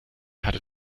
hatte